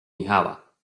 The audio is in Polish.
michała